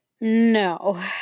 No